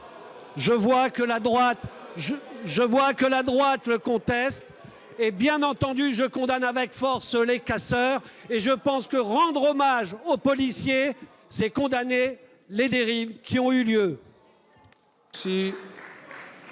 J'observe que la droite le conteste. Bien entendu, je condamne avec force les casseurs. Rendre hommage aux policiers, c'est condamner les dérives qui ont eu lieu.